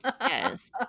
yes